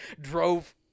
drove